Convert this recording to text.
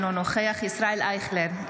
אינו נוכח ישראל אייכלר,